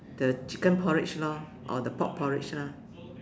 the chicken porridge lor or the pork porridge lah